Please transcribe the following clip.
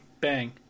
bang